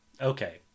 okay